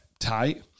tight